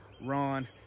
Ron